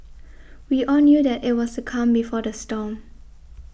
we all knew that it was the calm before the storm